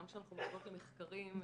גם כשאנחנו --- למחקרים מבחוץ.